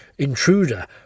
intruder